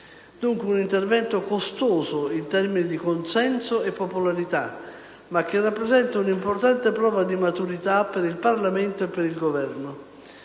Dunque, un intervento costoso in termini di consenso e popolarità, ma che rappresenta un'importante prova di maturità per il Parlamento e per il Governo.